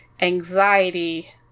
anxiety